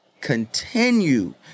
Continue